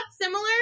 similar